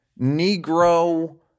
Negro